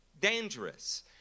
dangerous